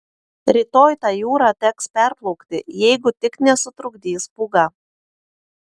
rytoj tą jūrą teks perplaukti jeigu tik nesutrukdys pūga